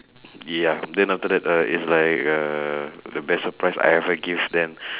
ya then after that uh is like uh the best surprise I ever give them